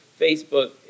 Facebook